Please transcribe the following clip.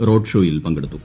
road ഷോയിൽ പളങ്കടുത്തു